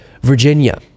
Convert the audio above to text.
Virginia